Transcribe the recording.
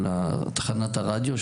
של הנושא תחנות רדיו,